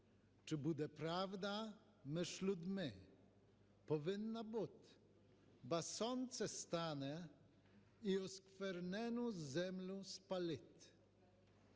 Чи буде правда між людьми? Повинна буть, бо сонце стане і осквернену землю спалить".